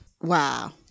Wow